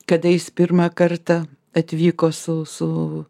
kada jis pirmą kartą atvyko su su